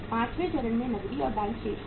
पांचवें चरण में नकदी और बैंक शेष है